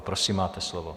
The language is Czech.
Prosím, máte slovo.